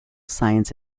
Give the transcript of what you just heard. science